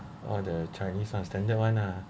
what the chinese one standard one lah